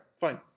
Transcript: Fine